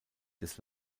des